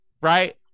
right